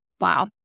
wow